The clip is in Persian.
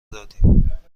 دادیم